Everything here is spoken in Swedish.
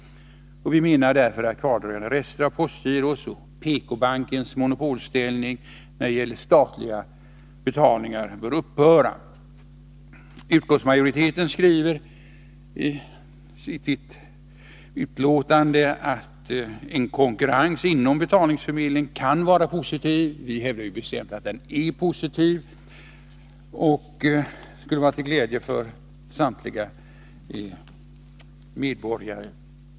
Vi menar således att kvardröjande rester av postgirots och PK-bankens monopolställning när det gäller statliga betalningar bör upphöra. I sitt betänkande skriver utskottet att en konkurrens inom betalningsförmedlingen kan vara positiv. Vi hävdar bestämt att den är positiv och är till nytta för samtliga medborgare.